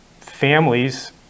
families